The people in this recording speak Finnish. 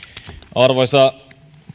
arvoisa